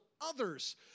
others